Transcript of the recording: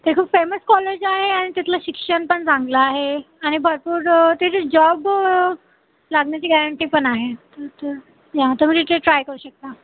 ते खूप famous college आहे आणि तिथलं शिक्षण पण चांगलं आहे आणि भरपूर तिथे जॉब लागण्याची गॅरंटी पण आहे या तुम्ही तिथे ट्राय करू शकता